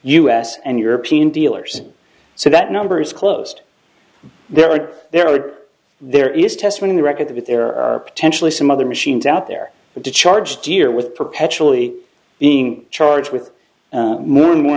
us and european dealers so that number is closed there are there are there is test when record that there are potentially some other machines out there but to charge deer with perpetually being charged with more and more